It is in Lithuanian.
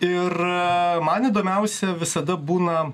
ir man įdomiausia visada būna